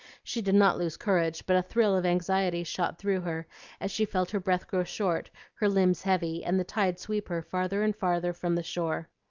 she did not lose courage, but a thrill of anxiety shot through her as she felt her breath grow short, her limbs heavy, and the tide sweep her farther and farther from the shore.